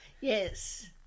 Yes